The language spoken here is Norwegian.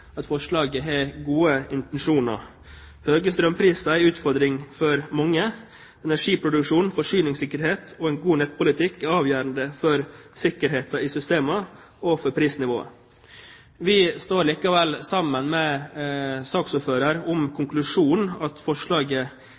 at forslaget har gode intensjoner. Høye strømpriser er en utfordring for mange. Energiproduksjon, forsyningssikkerhet og en god nettpolitikk er avgjørende for sikkerheten i systemene og for prisnivået. Vi står likevel sammen med saksordføreren om konklusjonen: at forslaget